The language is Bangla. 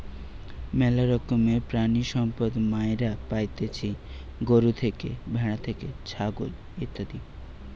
ম্যালা রকমের প্রাণিসম্পদ মাইরা পাইতেছি গরু থেকে, ভ্যাড়া থেকে, ছাগল ইত্যাদি